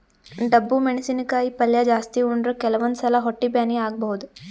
ಡಬ್ಬು ಮೆಣಸಿನಕಾಯಿ ಪಲ್ಯ ಜಾಸ್ತಿ ಉಂಡ್ರ ಕೆಲವಂದ್ ಸಲಾ ಹೊಟ್ಟಿ ಬ್ಯಾನಿ ಆಗಬಹುದ್